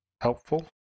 helpful